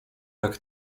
jak